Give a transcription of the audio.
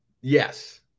Yes